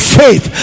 faith